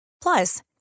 Plus